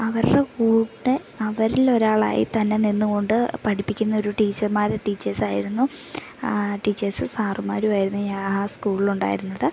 അവരുടെ കൂടെ അവരിലൊരാളായി തന്നെ നിന്നു കൊണ്ട് പഠിപ്പിക്കുന്നൊരു ടീച്ചർമാർ ടീച്ചേഴ്സായിരുന്നു ടീച്ചേഴ്സ് സാറുമാരുമായിരുന്നു ഞാൻ ആ സ്കൂളിൽ ഉണ്ടായിരുന്നത്